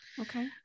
Okay